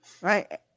right